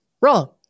Wrong